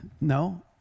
no